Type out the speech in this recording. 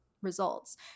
results